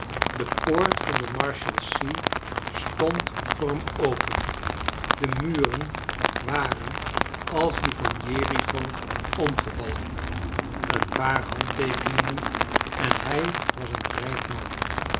de poort van de marshalsea stond voor hem open de muren waren als die van jericho omgevallen een paar handteekeningen en hij was een rijk man